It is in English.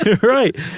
Right